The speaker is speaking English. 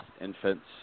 infants